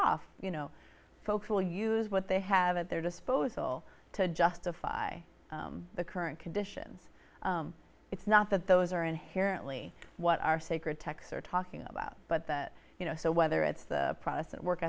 off you know folks will use what they have at their disposal to justify the current condition it's not that those are inherently what our sacred texts are talking about but that you know so whether it's the protestant work